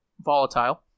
volatile